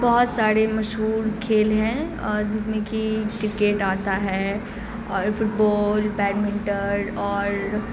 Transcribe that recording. بہت سارے مشہور کھیل ہیں اور جس میں کہ کرکٹ آتا ہے اور فٹ بال بیڈمنٹر اور